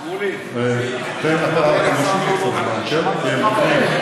שמולי, לא הצענו לא דבר.